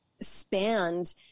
spanned